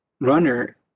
runner